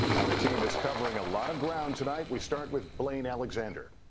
our team is covering a lot of ground tonight we start with blayne alexander.